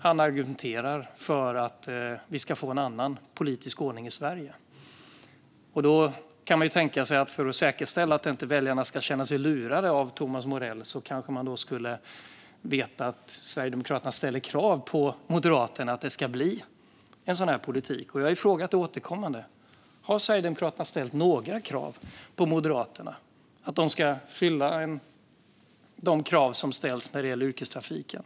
Han argumenterar för att vi ska få en annan politisk ordning i Sverige. Då kan man tänka sig att för att säkerställa att inte väljarna ska känna sig lurade av Thomas Morell kanske man skulle veta att Sverigedemokraterna ställer krav på Moderaterna att det ska bli en sådan politik. Jag har frågat återkommande: Har Sverigedemokraterna ställt några krav på Moderaterna att de ska uppfylla de krav som ställs när det gäller yrkestrafiken?